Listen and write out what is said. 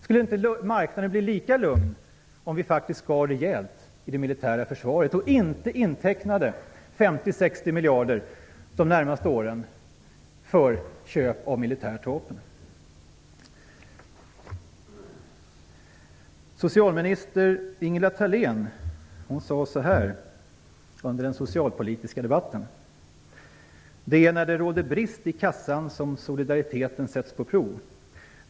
Skulle marknaden inte bli lika lugn om vi faktiskt skar rejält i det militära försvaret och inte intecknade 50-60 miljarder kronor under de närmaste åren för köp av militära vapen? Socialminister Ingela Thalén sade under den socialpolitiska debatten: Det är när det råder brist i kassan som solidariteten sätts på prov.